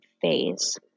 phase